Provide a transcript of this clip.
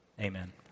amen